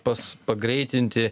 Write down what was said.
pats pagreitinti